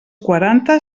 quaranta